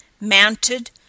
mounted